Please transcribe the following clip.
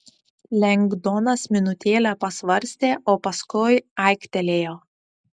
lengdonas minutėlę pasvarstė o paskui aiktelėjo